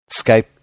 Skype